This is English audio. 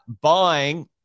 buying